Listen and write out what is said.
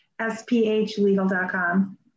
sphlegal.com